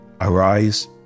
Arise